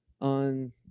on